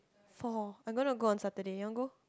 four I want to go on Saturday you want go